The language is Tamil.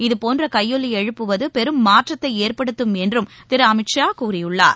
இதுபோன்றகையொலிஎழுப்புவதுபெரும் மாற்றத்தைஏற்படுத்தும் என்றம் திரு அமித் ஷா கூறியுள்ளார்